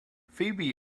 phoebe